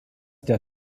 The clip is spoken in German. der